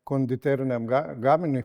konditeriniam ga gaminiui